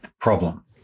problem